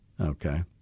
Okay